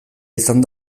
izan